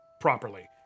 properly